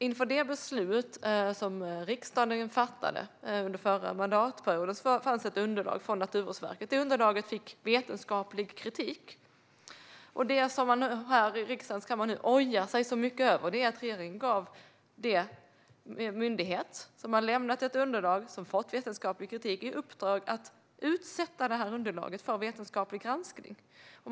Inför det beslut som riksdagen fattade under förra mandatperioden fanns ett underlag från Naturvårdsverket. Underlaget fick vetenskaplig kritik. Det som man här i riksdagen nu ojar sig så mycket över är att regeringen gav den myndighet som hade lämnat underlaget, som fått vetenskaplig kritik, i uppdrag att utsätta underlaget för vetenskaplig granskning.